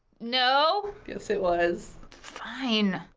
no. yes it was. fine.